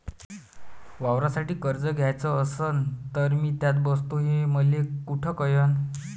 वावरासाठी कर्ज घ्याचं असन तर मी त्यात बसतो हे मले कुठ कळन?